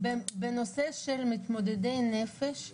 בנושא של מתמודדי נפש,